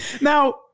Now